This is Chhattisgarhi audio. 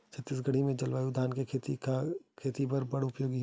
छत्तीसगढ़ के जलवायु धान के खेती खातिर बर बड़ उपयोगी हे